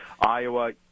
iowa